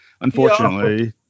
Unfortunately